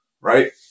right